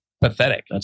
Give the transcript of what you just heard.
pathetic